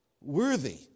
worthy